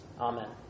Amen